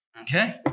Okay